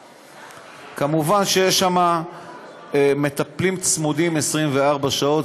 כמובן, יש שם מטפלים צמודים 24 שעות.